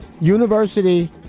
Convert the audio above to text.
university